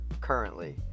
currently